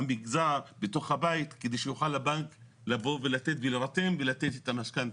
הבית כדי שהבנק יוכל לבוא ולתת ולהירתם ולתת את המשכנתא.